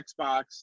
Xbox